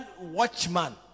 watchman